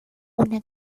una